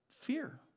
fear